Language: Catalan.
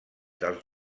dels